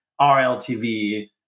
RLTV